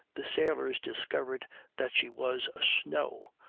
the sailors discovered that she was a snow,